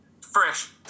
fresh